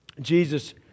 Jesus